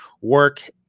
work